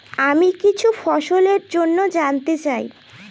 আমি কিছু ফসল জন্য জানতে চাই